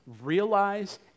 realize